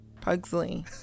Pugsley